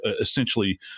essentially